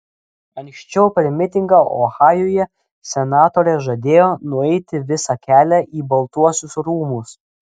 anksčiau per mitingą ohajuje senatorė žadėjo nueiti visą kelią į baltuosius rūmus